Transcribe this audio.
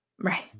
right